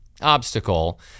obstacle